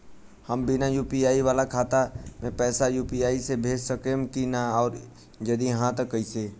हम बिना यू.पी.आई वाला खाता मे पैसा यू.पी.आई से भेज सकेम की ना और जदि हाँ त कईसे?